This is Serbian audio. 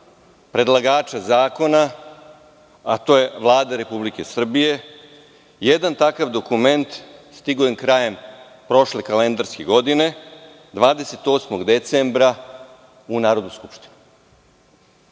predlagača zakona, a to je Vlada Republike Srbije. Jedan takav dokument je stigao krajem prošle kalendarske godine, 28. decembra u Narodnu skupštinu. Tu